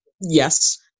Yes